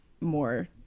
more